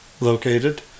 located